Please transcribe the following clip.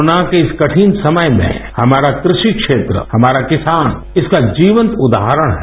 corona के इस कठिन समय में हमारा कृषि क्षेत्र हमारा किसान इसका जीवंत उदाहरण हैं